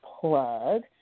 Plug